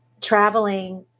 traveling